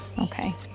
Okay